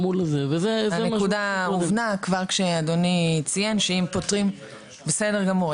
הנקודה הובנה כבר כשאדוני ציין שאם פותרים --- בסדר גמור,